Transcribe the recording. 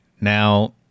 Now